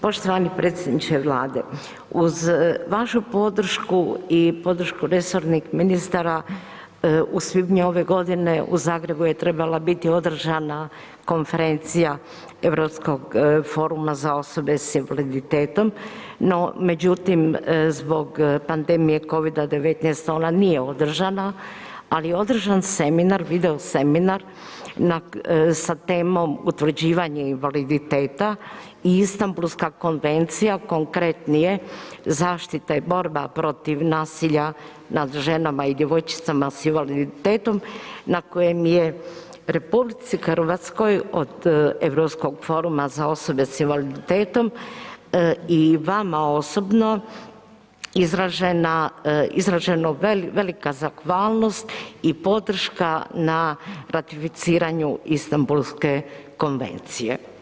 Poštovani predsjedniče Vlade uz vašu podršku i podršku resornih ministara u svibnju ove godine u Zagrebu je trebala biti održana konferencija Europskog foruma za osobe s invaliditetom, no međutim zbog pandemije Covida-19 ona nije održana, ali je održan seminar, video seminar sa temom utvrđivanje invaliditeta i Istambulska konvencija, konkretnije zaštita i borba protiv nasilja nad ženama i djevojčicama s invaliditetom na kojem je RH od Europskog foruma za osobe s invaliditetom i vama osobno izražena, izraženo velika zahvalnost i podrška na ratificiranju Istambulske konvencije.